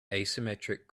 asymmetric